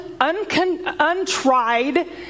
untried